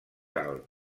alt